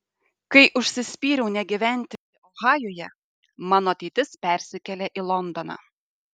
kai užsispyriau negyventi ohajuje mano ateitis persikėlė į londoną